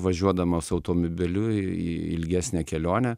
važiuodamas automobiliu į ilgesnę kelionę